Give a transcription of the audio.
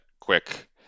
quick